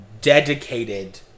dedicated